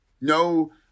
no